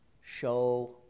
Show